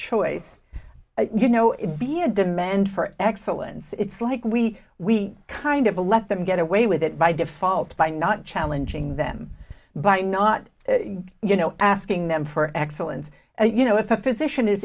choice you know it be a demand for excellence it's like we we kind of let them get away with it by default by not challenging them by not you know asking them for excellence and you know if that position is